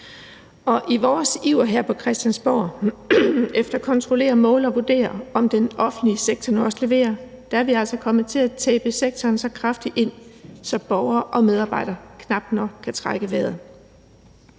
i vores iver her på Christiansborg efter at kontrollere, måle og vurdere, om den offentlige sektor nu også leverer, er vi altså kommet til at tape sektoren så kraftigt ind, at borgere og medarbejdere knap nok kan trække vejret.